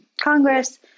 Congress